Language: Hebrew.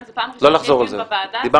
אבל זו פעם ראשונה שיש דיון בוועדה הזאת,